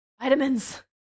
vitamins